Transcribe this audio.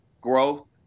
growth